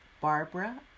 Barbara